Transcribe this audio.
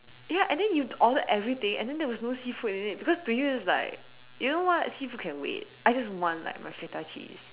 ya and then you ordered everything and then there was no seafood in it because to you it's like you know what seafood can wait I just want like my Feta cheese